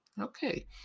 Okay